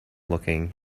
looking